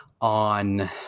on